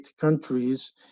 countries